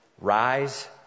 rise